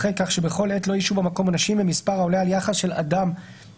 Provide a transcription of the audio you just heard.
אחרי "כך שבכל עת לא ישהו במקום אנשים במספר העולה על יחס של אדם לכל